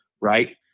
Right